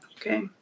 okay